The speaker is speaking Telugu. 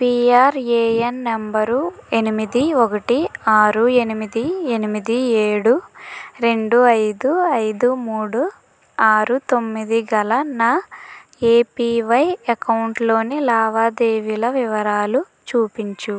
పిఆర్ఏన్ నంబరు ఎనిమిది ఒకటి ఆరు ఎనిమిది ఎనిమిది ఏడు రెండు ఐదు ఐదు మూడు ఆరు తొమ్మిది గల నా ఏపివై అకౌంటులోని లావాదేవీల వివరాలు చూపించు